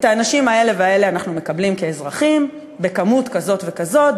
את האנשים האלה והאלה אנחנו מקבלים כאזרחים בכמות כזאת וכזאת,